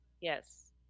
Yes